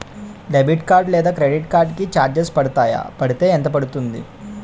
Debit card లేదా credit card కి charges పడతాయా? పడితే ఎంత పడుతుంది?